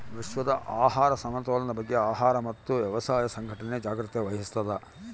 ವಿಶ್ವದ ಆಹಾರ ಸಮತೋಲನ ಬಗ್ಗೆ ಆಹಾರ ಮತ್ತು ವ್ಯವಸಾಯ ಸಂಘಟನೆ ಜಾಗ್ರತೆ ವಹಿಸ್ತಾದ